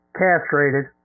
castrated